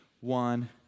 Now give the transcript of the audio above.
one